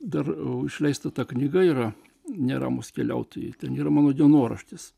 dar išleista ta knyga yra neramūs keliautojai ten yra mano dienoraštis